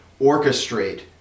orchestrate